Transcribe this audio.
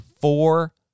four –